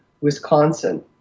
Wisconsin